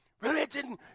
Religion